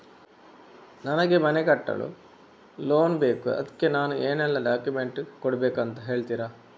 ನನಗೆ ಮನೆ ಕಟ್ಟಲು ಲೋನ್ ಬೇಕು ಅದ್ಕೆ ನಾನು ಏನೆಲ್ಲ ಡಾಕ್ಯುಮೆಂಟ್ ಕೊಡ್ಬೇಕು ಅಂತ ಹೇಳ್ತೀರಾ?